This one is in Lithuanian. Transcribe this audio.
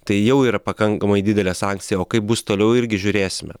tai jau yra pakankamai didelė sankcija o kaip bus toliau irgi žiūrėsime